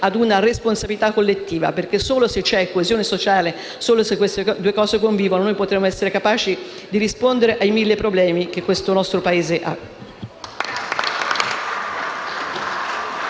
a una responsabilità collettiva, perché solo se c'è coesione sociale, solo se questi due aspetti convivono, potremo essere capaci di rispondere ai mille problemi di questo nostro Paese.